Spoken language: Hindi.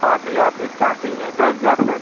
पाँच हज़ार से स्टार्टिंग है दस हज़ार तक